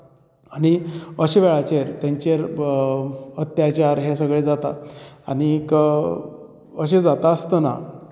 आनी अश्या वेळाचेर तेंचेर अत्याच्यार हे सगळें जातात आनीक अशें जाता आसताना